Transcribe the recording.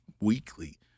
weekly